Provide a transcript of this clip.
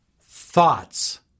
thoughts